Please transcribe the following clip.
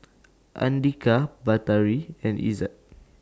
Andika Batari and Izzat